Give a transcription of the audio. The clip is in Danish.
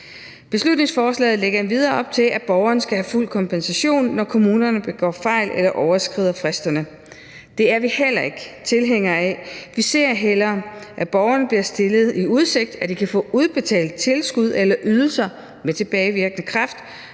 Beslutningsforslaget lægger endvidere op til, at borgeren skal have fuld kompensation, når kommunerne begår fejl eller overskrider fristerne. Det er vi heller ikke tilhængere af. Vi ser hellere, at borgerne bliver stillet i udsigt, at de kan få udbetalt tilskud eller ydelser med tilbagevirkende kraft,